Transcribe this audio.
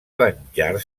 venjar